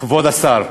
כבוד השר,